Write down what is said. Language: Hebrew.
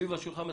סביב השולחן.